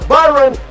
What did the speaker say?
Byron